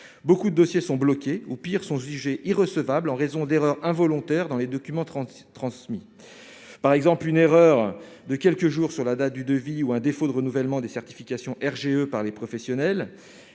beaucoup de dossiers sont bloqués ou pire sont jugées irrecevables en raison d'erreurs involontaires dans les documents 36 transmis par exemple une erreur de quelques jours sur la date du devis ou un défaut de renouvellement des certification RGE par les professionnels,